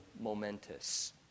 momentous